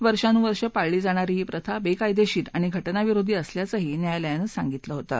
वर्षोनुवर्षे पाळली जाणारी ही प्रथा वेकायदेशीर आणि घटनाविरोधी असल्याचंही न्यायालयानं सांगितलं होतं